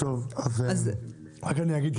אני אגיד,